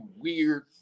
weird